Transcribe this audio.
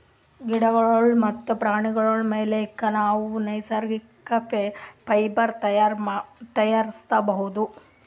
ಗಿಡಗೋಳ್ ಮತ್ತ್ ಪ್ರಾಣಿಗೋಳ್ ಮುಲಕ್ ನಾವ್ ನೈಸರ್ಗಿಕ್ ಫೈಬರ್ ತಯಾರಿಸ್ಬಹುದ್